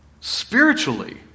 spiritually